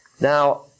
Now